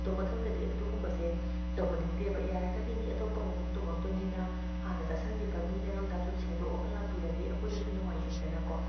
ꯑꯗꯣ ꯃꯊꯪꯗꯗꯤ ꯑꯗꯨꯒꯨꯝꯕꯁꯦ ꯇꯧꯍꯟꯅꯤꯡꯗꯦꯕ ꯌꯥꯔꯒꯗꯤ ꯃꯤ ꯑꯇꯣꯞꯄ ꯑꯃꯃꯨꯛ ꯇꯣꯉꯛꯇꯣꯏꯅꯤꯅ ꯍꯥꯟꯅ ꯆꯥꯁꯟꯒꯤꯕ ꯃꯤ ꯂꯩꯔꯝꯇꯖꯨ ꯁꯦꯡꯗꯣꯛꯑꯥꯒ ꯂꯥꯛꯄꯤꯔꯗꯤ ꯑꯩꯈꯣꯏꯗꯁꯨ ꯅꯨꯡꯉꯥꯏꯖꯩꯗꯅꯀꯣ